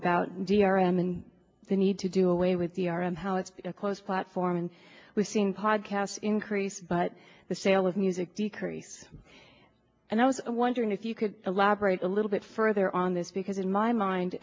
about the r m and the need to do away with the r m how it's a close platform and we've seen podcasts increase but the sale of music decrease and i was wondering if you could elaborate a little bit further on this because in my mind